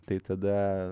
tai tada